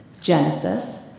Genesis